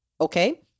Okay